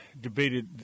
debated